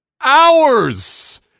hours